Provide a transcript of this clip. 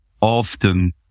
often